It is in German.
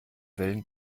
wellen